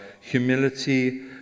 humility